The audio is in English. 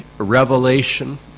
revelation